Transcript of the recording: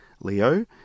Leo